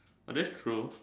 ah that's true